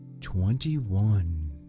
twenty-one